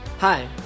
Hi